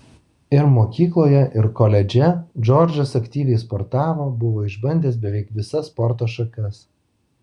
ir mokykloje ir koledže džordžas aktyviai sportavo buvo išbandęs beveik visas sporto šakas